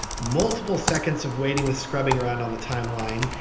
multiple seconds of waiting with scrubbing around on the timeline,